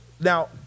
now